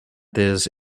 this